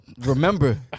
remember